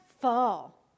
fall